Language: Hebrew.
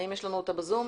האם יש לנו אותה ב-זום?